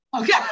Okay